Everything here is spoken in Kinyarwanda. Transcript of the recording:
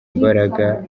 imbaraga